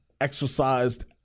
exercised